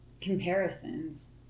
comparisons